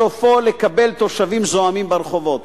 סופו לקבל תושבים זועמים ברחובות.